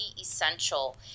essential